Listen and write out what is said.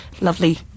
lovely